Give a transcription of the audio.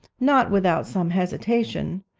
not without some hesitation,